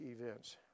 events